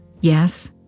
Yes